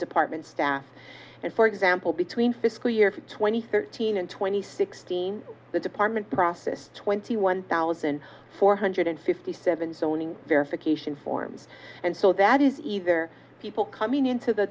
department staff and for example between fiscal year twenty thirteen and twenty sixteen the department process twenty one thousand four hundred fifty seven zoning verification forms and so that is either people coming into the